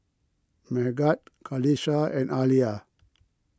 Megat Qalisha and Alya